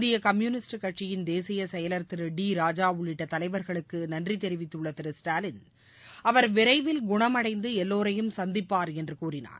இந்திய கம்யூனிஸ்ட் கட்சியின் தேசிய செயலர் திரு டி ராஜா உள்ளிட்ட தலைவர்களுக்கு நன்றி தெரிவித்துள்ள திரு ஸ்டாலின் அவர் விரைவில் குணமடைந்து எல்லோரையும் சந்திப்பார் என்று கூறினார்